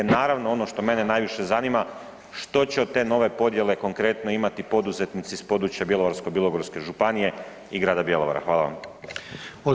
Naravno, ono što mene najviše zanima što će od te nove podjele konkretno, imati poduzetnici s područja Bjelovarsko-bilogorske županije i grada Bjelovara?